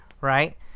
right